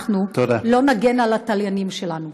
אנחנו לא נגן על התליינים שלנו.